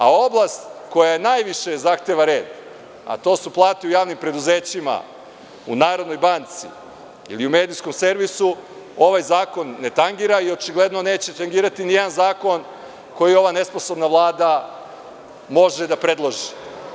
A, oblast koja najviše zahteva red, a to su plate u javnim preduzećima, u Narodnoj banci ili u medijskom servisu, ovaj zakon ne tangira i očigledno neće tangirati ni jedan zakon koji ova nesposobna Vlada može da predloži.